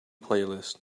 playlist